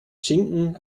schinken